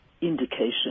indication